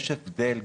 יש הבדל,